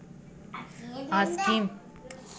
ಆ ಸ್ಕೀಮ ಮಾಡ್ಸೀದ್ನಂದರ ಎಷ್ಟ ಸಬ್ಸಿಡಿ ಬರ್ತಾದ್ರೀ?